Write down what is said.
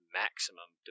maximum